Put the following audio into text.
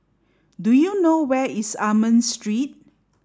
do you know where is Almond Street